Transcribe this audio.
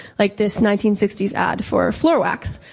like this nineteen sixty s ad for a floor wax.